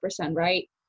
right